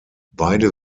beide